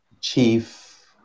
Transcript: chief